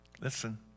listen